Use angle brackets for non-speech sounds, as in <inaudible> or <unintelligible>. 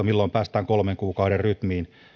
<unintelligible> milloin päästään kolmen kuukauden rytmiin